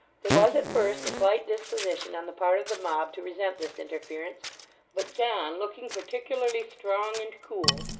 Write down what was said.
there was at first a slight disposition on the part of the mob to resent this interference but john looking particularly strong and cool,